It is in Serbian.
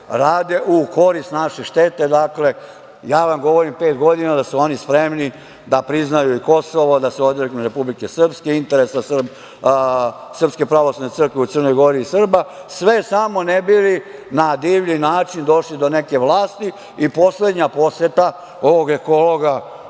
rade u korist naše štete. Dakle, ja vam govorim pet godina da su oni spremni da priznaju Kosovo, da se odreknu Republike Srpske, interesa Srpske pravoslavne crkve u Crnoj Gori Srba, sve samo ne bi li na divlji način došli do neke vlasti. Poslednja poseta ovog ekologa